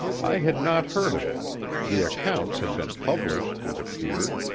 i had not heard of it the accounts had been published, it appeared,